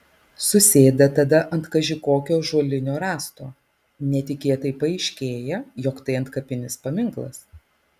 susėda tada ant kaži kokio ąžuolinio rąsto netikėtai paaiškėja jog tai antkapinis paminklas